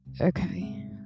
Okay